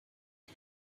ihm